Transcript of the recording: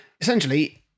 Essentially